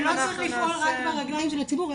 ולא צריך לפעול רק ברגליים של הציבור,